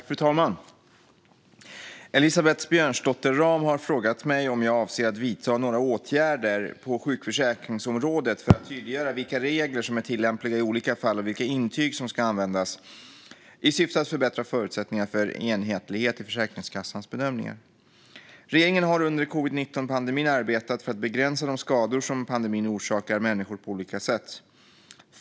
Fru talman! Elisabeth Björnsdotter Rahm har frågat mig om jag avser att vidta några åtgärder på sjukförsäkringsområdet för att tydliggöra vilka regler som är tillämpliga i olika fall och vilka intyg som ska användas, i syfte att förbättra förutsättningarna för enhetlighet i Försäkringskassans bedömningar. Regeringen har under covid-19-pandemin arbetat för att begränsa de skador som pandemin orsakar människor på olika sätt.